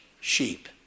sheep